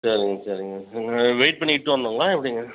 சரிங்க சரிங்க நாங்கள் வெயிட் பண்ணிட்டு வர்ணுங்களா எப்படிங்க